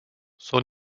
son